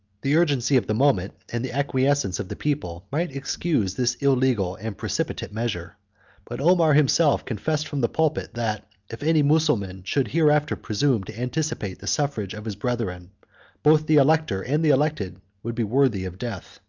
the urgency of the moment, and the acquiescence of the people, might excuse this illegal and precipitate measure but omar himself confessed from the pulpit, that if any mulsulman should hereafter presume to anticipate the suffrage of his brethren, both the elector and the elected would be worthy of death.